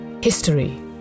History